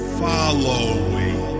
following